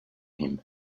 him